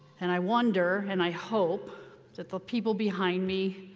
and i wonder and i hope that the people behind me,